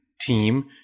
team